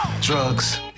drugs